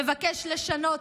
מבקש לשנות,